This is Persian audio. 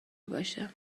باشه